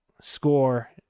score